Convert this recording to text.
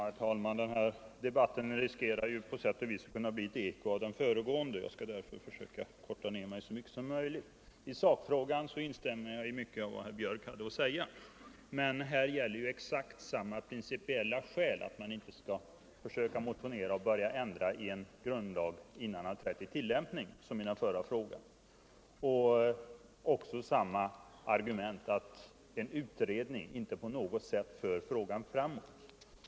Herr talman! Den här debatten riskerar på sätt och vis att bli ett eko av den föregående. Jag skall därför försöka korta ned mitt anförande så mycket som möjligt. I sakfrågan instämmer jag i mycket av det som herr Björck i Nässjö hade att säga. Men här gäller exakt samma skäl som i den tidigare frågan att man inte skall börja motionera och söka ändra en grundlag innan den vunnit tillämpning. Här gäller också samma argument att en utredning inte på något sätt för frågan framåt.